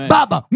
Baba